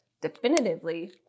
definitively